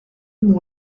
mon